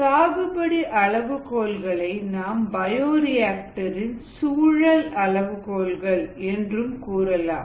சாகுபடி அளவுகோல்களை நாம் பயோரிஆக்டர் இன் சூழல் அளவுகோல்கள் என்றும் கூறலாம்